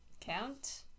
Count